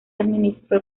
administró